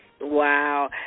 Wow